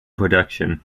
production